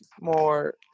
more